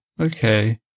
Okay